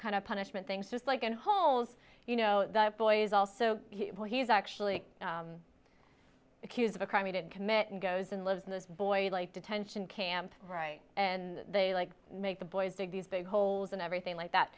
kind of punishment things just like in holes you know the boys also well he's actually accused of a crime he didn't commit and goes and lives in this boy detention camp right and they like make the boys dig these big holes and everything like that